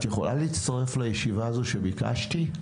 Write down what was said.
את יכולה להצטרף לישיבה הזו שביקשתי?